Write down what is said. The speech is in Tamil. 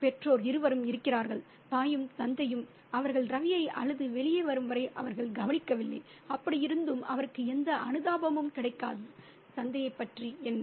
பெற்றோர் இருவரும் இருக்கிறார்கள் தாயும் தந்தையும் அவர்கள் ரவியை அழுது வெளியே வரும் வரை அவர்கள் கவனிக்கவில்லை அப்படியிருந்தும் அவருக்கு எந்த அனுதாபமும் கிடைக்காது தந்தையைப் பற்றி என்ன